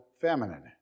feminine